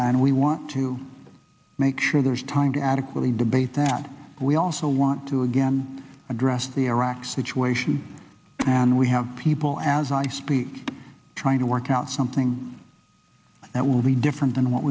and we want to make sure there's time to adequately debate that we also want to again address the iraq situation and we have people as i speak trying to work out something that will be different than what